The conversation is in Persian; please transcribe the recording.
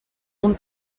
اون